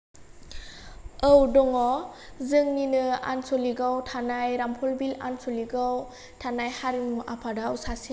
औ दङ जोंनिनो आनचलिकआव थानाय रामफ'लबिल आनचलिकआव थानाय हारिमु आफादआव सासे